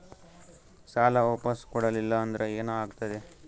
ಸಾಲ ವಾಪಸ್ ಕೊಡಲಿಲ್ಲ ಅಂದ್ರ ಏನ ಆಗ್ತದೆ?